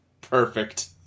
Perfect